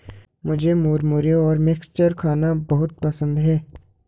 मुझे मुरमुरे और मिक्सचर खाना बहुत पसंद है